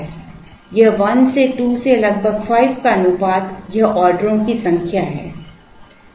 यह 1से 2 से लगभग 5 का अनुपात यह ऑर्डरों की संख्या है